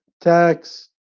tax